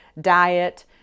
diet